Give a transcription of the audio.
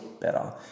better